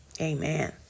Amen